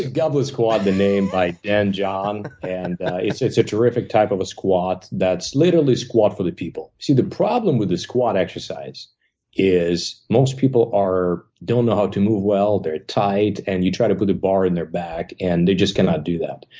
goblet squat, the name by dan john, and it's it's a terrific type of a squat that's literally squat for the people. see, the problem with the squat exercise is most people are don't know how to move well. they're tight. and you try to put the bar in their back, and they just cannot do that.